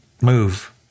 move